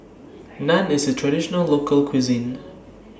Naan IS A Traditional Local Cuisine